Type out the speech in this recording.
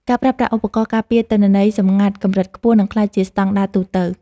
ការប្រើប្រាស់ឧបករណ៍ការពារទិន្នន័យសម្ងាត់កម្រិតខ្ពស់ នឹងក្លាយជាស្ដង់ដារទូទៅ។